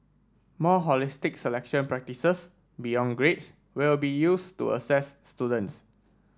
more holistic selection practices beyond grades will be used to assess students